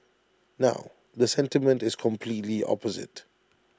now the sentiment is completely opposite